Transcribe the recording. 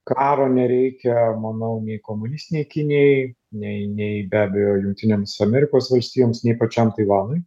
karo nereikia manau nei komunistinei kinijai nei nei be abejo jungtinėms amerikos valstijoms nei pačiam taivanui